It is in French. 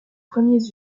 premiers